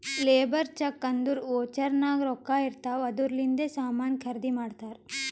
labour check ಅಂದುರ್ voucher ನಾಗ್ ರೊಕ್ಕಾ ಇರ್ತಾವ್ ಅದೂರ್ಲಿಂದೆ ಸಾಮಾನ್ ಖರ್ದಿ ಮಾಡ್ತಾರ್